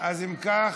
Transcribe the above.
אז אם כך,